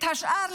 את השאר,